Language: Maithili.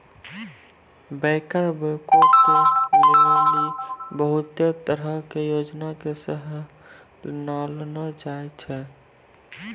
बैंकर बैंको के लेली बहुते तरहो के योजना के सेहो लानलो जाय छै